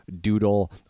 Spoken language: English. doodle